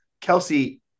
Kelsey